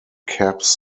caps